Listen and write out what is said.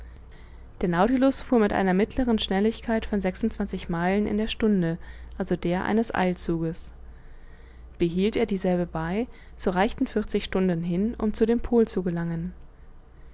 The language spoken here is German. der nautilus fuhr mit einer mittleren schnelligkeit von sechsundzwanzig meilen in der stunde also der eines feldzuges behielt er dieselbe bei so reichten vierzig stunden hin um zu dem pol zu gelangen